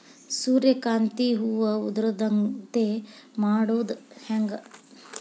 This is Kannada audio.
ಸೂರ್ಯಕಾಂತಿ ಹೂವ ಉದರದಂತೆ ಮಾಡುದ ಹೆಂಗ್?